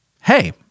hey